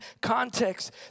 context